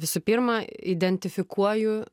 visų pirma identifikuoju